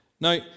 Now